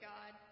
God